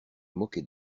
moquait